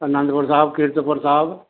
Anandpur Sahib Kiratpur Sahib